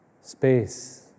space